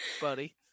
buddy